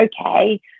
okay